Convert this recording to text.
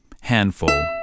handful